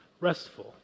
restful